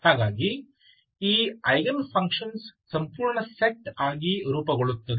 ಹಾಗಾಗಿ ಈ eigen functions ಸಂಪೂರ್ಣ ಸೆಟ್ ಆಗಿ ರೂಪುಗೊಳ್ಳುತ್ತದೆ